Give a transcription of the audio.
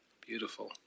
Beautiful